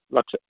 लक्षम्